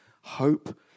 Hope